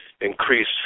increase